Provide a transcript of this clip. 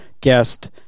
guest